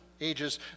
ages